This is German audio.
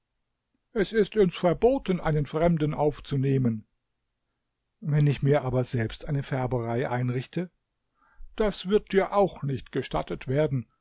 es ist uns verboten einen fremden aufzunehmen wenn ich mir aber selbst eine färberei einrichte das wird dir auch nicht gestattet werden